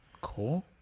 Cool